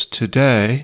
today